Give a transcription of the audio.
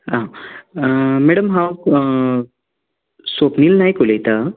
आं मॅडम हांव स्वप्नील नायक उलयतां